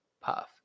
Puff